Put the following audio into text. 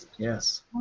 Yes